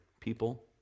people